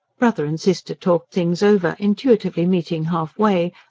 brother and sister talked things over, intuitively meeting half-way,